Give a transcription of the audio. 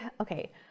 okay